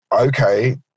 okay